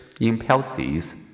impulses